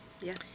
Yes